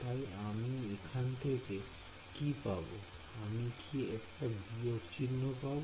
তাই আমি এখান থেকে কি পাবো আমি কি একটা বিয়োগ চিহ্ন পাব